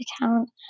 account